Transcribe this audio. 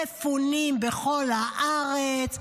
מפונים בכל הארץ,